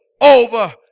over